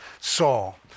Saul